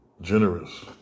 generous